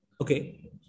Okay